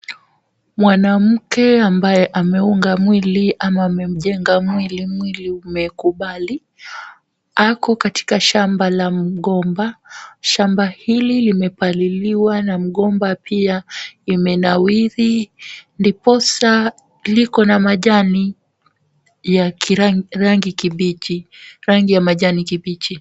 Mwanamke ambaye ameunga mwili ama amemjenga mwili mwili umekubali, ako katika shamba la mgomba, shamba hili limepaliliwa na mgomba pia imenawiri, ndiposa liko na majani ya rangi kibichi, rangi ya majani kibichi.